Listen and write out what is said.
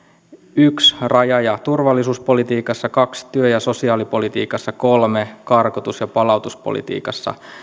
yksi raja ja turvallisuuspolitiikassa kaksi työ ja sosiaalipolitiikassa kolme karkotus ja palautuspolitiikassa